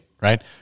right